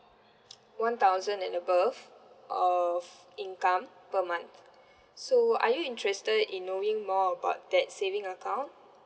one thousand and above of income per month so are you interested in knowing more about that saving account